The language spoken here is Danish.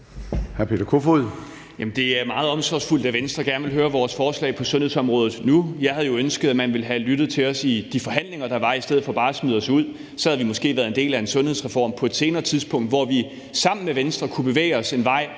Det er meget omsorgsfuldt, at Venstre gerne vil høre vores forslag på sundhedsområdet nu. Jeg ville jo ønske, at man havde lyttet til os i de forhandlinger, der var, i stedet for bare at smide os ud. Så havde vi måske været en del af en sundhedsreform på et senere tidspunkt, hvor vi sammen med Venstre kunne bevæge os en vej,